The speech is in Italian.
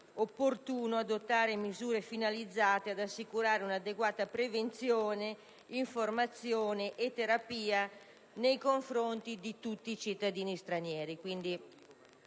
opportuno adottare misure finalizzate ad assicurare un'adeguata prevenzione, informazione e terapia nei confronti di tutti i cittadini stranieri.